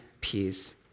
peace